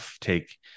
take